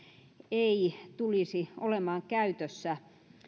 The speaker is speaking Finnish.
ei tulisi olemaan käytössä